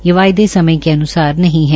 ये वायदे समय के अन्सार नहीं है